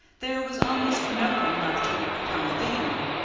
there was almost no one left to work upon the dam.